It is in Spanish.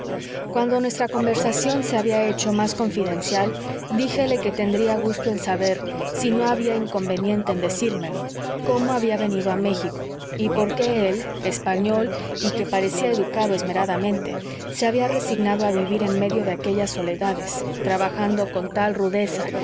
cuando nuestra conversación se había hecho más confidencial díjele que tendría gusto en saber si no había inconveniente en decírmelo cómo había venido a méxico y por qué él español y que parecía educado esmeradamente se había resignado a vivir en medio de aquellas soledades trabajando con tal rudeza